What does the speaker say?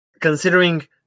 considering